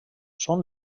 són